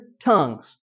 tongues